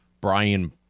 Brian